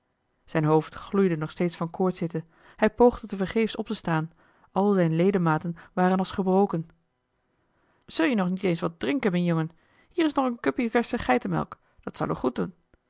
zijn hoofd gloeide nog steeds van koortshitte hij poogde tevergeefs op te staan al zijne ledematen waren als gebroken zu'j nog eens niet wat drinken mien jongen hier is nog een kuppien versche geitemelk dat zal oe goed doen